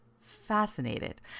fascinated